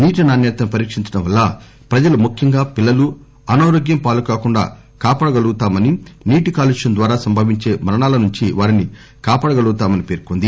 నీటి నాణ్యతను పరీక్షించడం వల్ల ప్రజలు ముఖ్యంగా పిల్లలు అనారోగ్యం పాలుకాకుండా కాపాడగలుగుతామని నీటి కాలుష్యం ద్వారా సంభవించే మరణాల నుంచి వారిని కాపాడగలుగుతామని పేర్కొంది